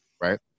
right